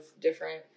different